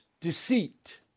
deceit